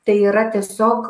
tai yra tiesiog